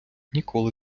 ніколи